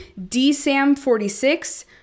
dsam46